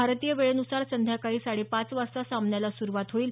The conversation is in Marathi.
भारतीय वेळेनुसार संध्याकाळी साडे पाच वाजता सामन्याला सुरुवात होईल